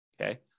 Okay